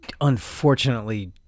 Unfortunately